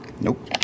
Nope